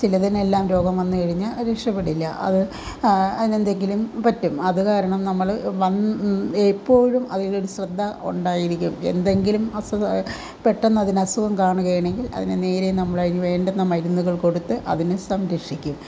ചിലതിനെല്ലാം രോഗം വന്നു കഴിഞ്ഞാൽ അത് രക്ഷപ്പെടില്ല അത് അതിന് എന്തെങ്കിലും പറ്റും അതുകാരണം നമ്മൾ എപ്പോഴും അതിൽ ഒരു ശ്രദ്ധ ഉണ്ടായിരിക്കും എന്തെങ്കിലും അസുഖമോ പെട്ടെന്ന് അതിനു അസുഖം കാണുകയാണെങ്കിൽ അതിന് നേരെ നമ്മൾ അതിനു വേണ്ട മരുന്നുകൾ കൊടുത്ത് അതിനെ സംരക്ഷിക്കും